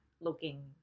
looking